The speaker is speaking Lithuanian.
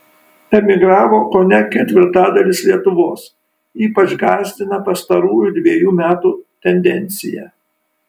emigravo kone ketvirtadalis lietuvos ypač gąsdina pastarųjų dvejų metų tendencija